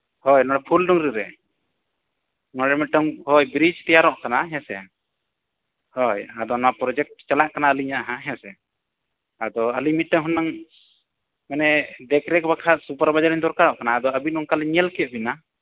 ᱦᱳᱭ ᱱᱚᱣᱟ ᱯᱷᱩᱞ ᱰᱩᱝᱨᱤ ᱨᱮ ᱱᱚᱰᱮ ᱢᱤᱫᱴᱟᱹᱝ ᱦᱳᱭ ᱵᱨᱤᱡᱽ ᱛᱮᱭᱟᱨᱚᱜ ᱠᱟᱱᱟ ᱦᱮᱸᱥᱮ ᱦᱳᱭ ᱟᱫᱚ ᱚᱱᱟ ᱯᱨᱚᱡᱮᱠᱴ ᱪᱟᱞᱟᱜ ᱠᱟᱱᱟ ᱟᱹᱞᱤᱧᱟᱜ ᱦᱟᱸᱜ ᱦᱮᱸᱥᱮ ᱟᱫᱚ ᱟᱹᱞᱤᱧ ᱢᱤᱫᱴᱟᱹᱝ ᱦᱩᱱᱟᱹᱝ ᱢᱟᱱᱮ ᱫᱮᱠᱷᱵᱷᱟᱞ ᱵᱟᱠᱷᱨᱟ ᱥᱩᱯᱟᱨᱵᱷᱟᱭᱡᱟᱨ ᱞᱤᱧ ᱫᱚᱨᱠᱟᱨᱚᱜ ᱠᱟᱱᱟ ᱟᱫᱚ ᱟᱹᱵᱤᱱ ᱚᱱᱠᱟ ᱞᱤᱧ ᱧᱮᱞ ᱠᱮᱫ ᱵᱤᱱᱟ